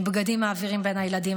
הם מעבירים בגדים בין הילדים,